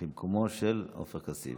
במקומו של עופר כסיף.